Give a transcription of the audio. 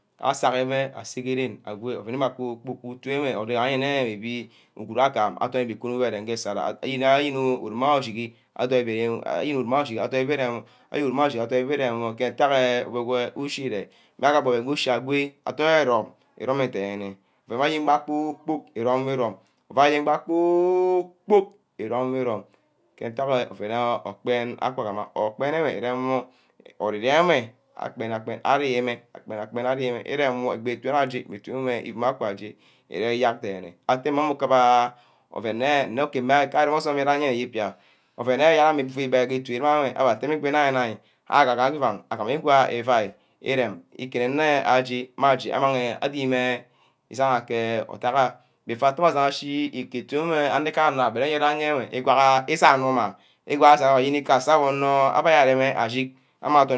Asege meh asege ren ago imang meh kpor-kpork utu enwe edo-igaha nne yene mebi uguru agam ato nibi ikunor geh erem ke esera, ayen ayen urum ma ushigi adorn ibi irem, ayene uruma achigi adorn ibi irem wor, ayene uruma achi adorn adorn ibi irem wor ke ntage ushi ere, mbah agam ouen ku ushi ago adorn ero-rome irome dene ouen wor ayen ba kpor-kpork erome wor irome ouen ayenba kpor-kpork erom wor irome ke ntagha ouen okpen, okpen enwe erem wor ori-ria ameh akpen ah akpen gee arimeh, akpen ah akpen ah akpen gee arimeh, akpen ah akpen ori meh itu wor ajeh meh itu wor may aka aje ere eyerk dene, ateme mamu kuba ouen nne nne areme osume inine yeah ibia ouen eyack ifu igbed ke itu wah ameh atemeh igwa inine-nine agaga nne iuang mag igwa iuai erem, ikirem nne aje ma aje adimi- meh esege ke ntack gaa atte meh ajagha ashi iku remeh kake anor na bere enwe igwaha isan who ma, igwa isan wor yene ika asaha mmeh onor abbeh je arem ajick amang odorn ibi.